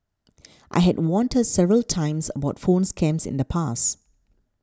I had warned her several times about phone scams in the past